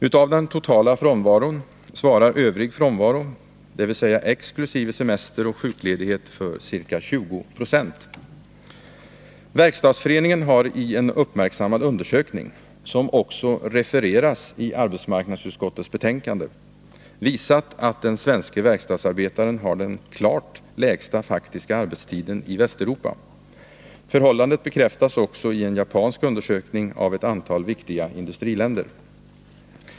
Utav den totala frånvaron svarar övrig frånvaro, dvs. exkl. semester och sjukledighet, för ca 20 90. Verkstadsföreningen har i en uppmärksammad undersökning, som också refereras i arbetsmarknadsutskottets betänkande, visat att den svenske verkstadsarbetaren har den klart lägsta faktiska arbetstiden i Västeuropa. Förhållandet bekräftas också i en japansk undersökning av ett antal viktiga industriländer.